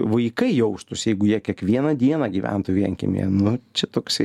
vaikai jaustųsi jeigu jie kiekvieną dieną gyventų vienkiemyje nu čia toksai